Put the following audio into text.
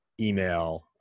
email